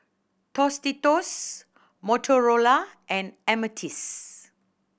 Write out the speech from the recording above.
Tostitos Motorola and Ameltz